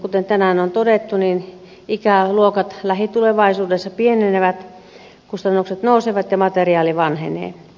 kuten tänään on todettu ikäluokat lähitulevaisuudessa pienenevät kustannukset nousevat ja materiaali vanhenee